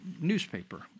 newspaper